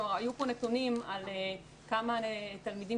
היו כאן נתונים שאמרו כמה תלמידים